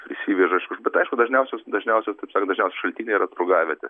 prisiveža iš bet aišku dažniausios dažniausios taip sakant dažniausi šaltiniai yra turgavietė